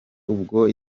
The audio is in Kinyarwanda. ubwo